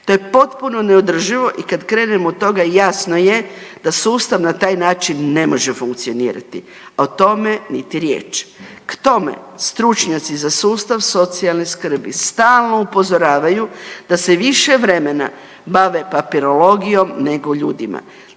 To je potpuno neodrživo i kad krenemo od toga jasno je da sustav na taj način ne može funkcionirati, a o tome niti riječi. K tome stručnjaci za sustav socijalne skrbi stalno upozoravaju da se više vremena bave papirologijom nego ljudima.